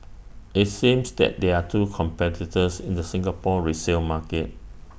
IT seems that there are two competitors in the Singapore resale market